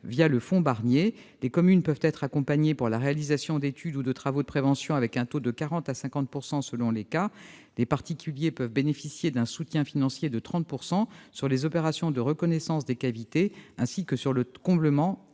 le fonds Barnier. Les communes peuvent être accompagnées pour la réalisation d'études ou de travaux de prévention, sur la base d'un taux de 40 % ou de 50 % selon les cas. Les particuliers peuvent bénéficier d'un soutien financier de 30 % sur les opérations de reconnaissance des cavités ainsi que sur le traitement